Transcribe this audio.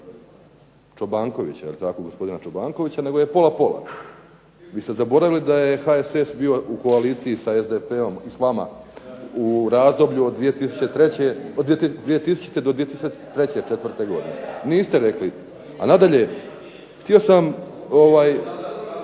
Čobankovića jel tako', gospodina Čobankovića, nego je pola-pola. Vi ste zaboravili da je HSS bio u koaliciji sa SDP-om i s vama u razdoblju od 2000. do 2004. godine. Niste rekli. A nadalje, htio sam,